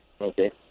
Okay